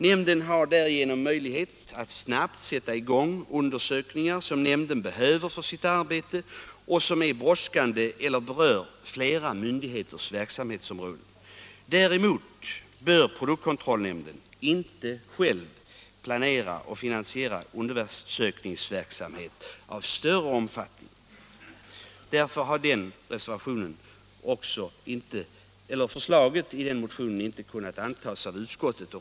Nämnden har därigenom möjlighet att snabbt sätta i gång undersökningar som nämnden behöver för sitt arbete och som är brådskande eller berör flera myndigheters verksamhetsområden. Däremot bör produktkontrollnämnden inte själv planera och finansiera undersökningsverksamhet av större omfattning. Därför har förslaget i den motionen inte kunnat tillstyrkas av utskottet.